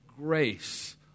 grace